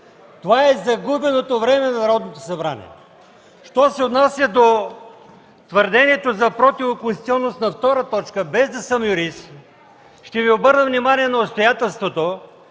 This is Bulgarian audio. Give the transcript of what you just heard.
Това е загубеното време на Народното събрание. Що се отнася до твърдението за противоконституционност на втора точка, без да съм юрист, ще Ви обърна внимание на обстоятелството,